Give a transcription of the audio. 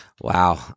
Wow